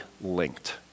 linked